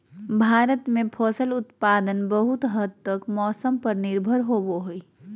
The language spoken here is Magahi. भारत में फसल उत्पादन बहुत हद तक मौसम पर निर्भर होबो हइ